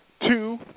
Two